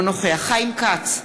אינו נוכח חיים כץ,